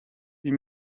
wie